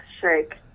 shake